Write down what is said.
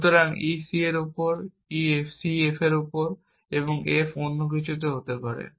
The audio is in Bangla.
সুতরাং e c এর উপর c f এর উপর এই f অন্য কিছুতে হতে পারে